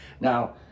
Now